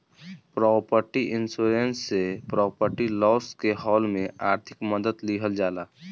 property insurance से property loss के हाल में आर्थिक मदद लीहल जाला